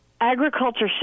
agriculture